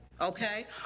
okay